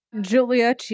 Julia